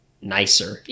nicer